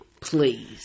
Please